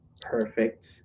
perfect